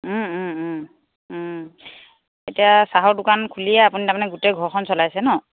এতিয়া চাহৰ দোকান খুলিয়ে আপুনি তাৰমানে গোটেই ঘৰখন চলাইছে নহ্